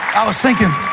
i was thinking